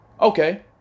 Okay